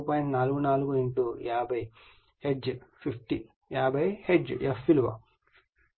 44 50 hertz f విలువ 50 hertz మరియు ఈ విలువ 60 గా లభిస్తుంది